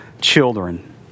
children